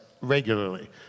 regularly